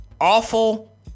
awful